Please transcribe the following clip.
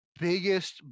biggest